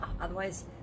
Otherwise